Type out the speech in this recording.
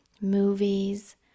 movies